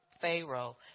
Pharaoh